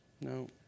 no